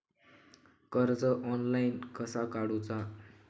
कर्ज ऑनलाइन कसा काडूचा?